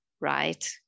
right